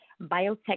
biotech